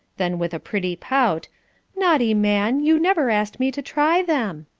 then with a pretty pout naughty man, you never asked me to try them.